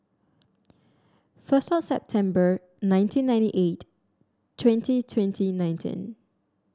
first September nineteen ninety eight twenty twenty nineteen